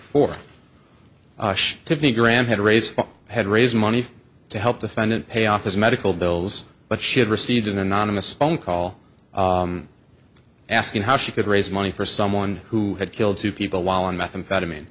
for tiffany graham had raised had raised money to help defendant pay off his medical bills but she had received an anonymous phone call asking how she could raise money for someone who had killed two people while on methamphetamine